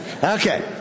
Okay